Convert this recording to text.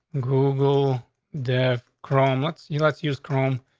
google death. chrome lets you let's use chrome,